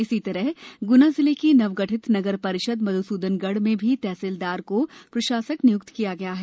इसी तरह ग्ना जिले की नवगठित नगर परिषद मध्सूदनगढ़ मे भी तहसीलदार को प्रशासक निय्क्त किया गया है